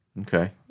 Okay